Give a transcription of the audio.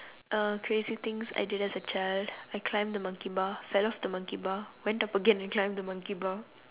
uh creative things I did as a child I climbed the monkey bar fell off the monkey bar went up again and climbed the monkey bar